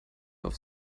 auf